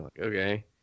Okay